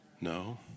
No